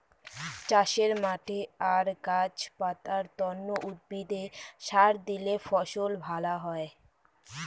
চাষের মাঠে আর গাছ পাতার তন্ন উদ্ভিদে সার দিলে ফসল ভ্যালা হই